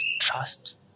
trust